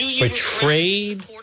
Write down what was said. Betrayed